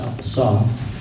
soft